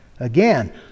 Again